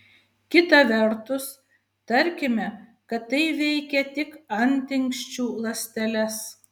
kita vertus tarkime kad tai veikia tik antinksčių ląsteles